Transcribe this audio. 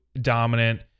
dominant